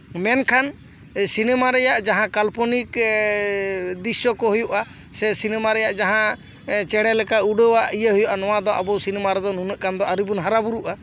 ᱢᱮᱱᱠᱷᱟᱱ ᱥᱤᱱᱮᱢᱟ ᱨᱮᱭᱟᱜ ᱡᱟᱦᱟᱸ ᱠᱟᱞᱯᱚᱱᱤᱠ ᱫᱤᱨᱥᱥᱚ ᱠᱚ ᱦᱩᱭᱩᱜᱼᱟ ᱥᱮ ᱥᱤᱱᱮᱢᱟ ᱨᱮᱭᱟᱜ ᱡᱟᱦᱟᱸ ᱪᱮᱬᱮ ᱞᱮᱠᱟ ᱩᱰᱟᱹᱣᱟᱜ ᱤᱭᱟᱹ ᱦᱩᱭᱩᱜᱼᱟ ᱱᱚᱣᱟ ᱫᱚ ᱟᱵᱚ ᱥᱤᱱᱮᱢᱟ ᱨᱮᱫᱚ ᱱᱩᱱᱟᱹᱜ ᱜᱟᱱ ᱫᱚ ᱟᱹᱣᱨᱤ ᱵᱚᱱ ᱦᱟᱨᱟ ᱵᱩᱨᱩᱜᱼᱟ